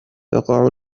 تقع